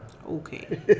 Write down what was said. Okay